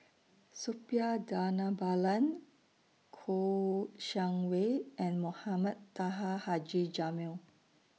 Suppiah Dhanabalan Kouo Shang Wei and Mohamed Taha Haji Jamil